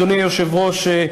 אדוני היושב-ראש,